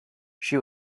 she